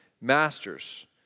Masters